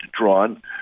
drawn